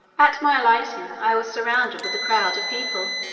at my alighting, i was surrounded with a crowd of people,